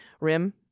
RIM